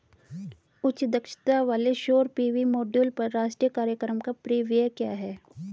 उच्च दक्षता वाले सौर पी.वी मॉड्यूल पर राष्ट्रीय कार्यक्रम का परिव्यय क्या है?